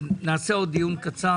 נעשה עוד דיון קצר.